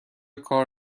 کار